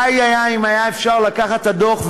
די היה אם היה אפשר לקחת את הדוח,